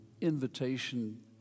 invitation